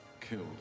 killed